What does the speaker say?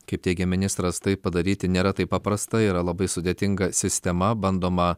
kaip teigė ministras tai padaryti nėra taip paprasta yra labai sudėtinga sistema bandoma